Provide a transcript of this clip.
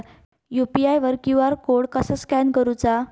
UPI वर QR code कसा scan करूचा?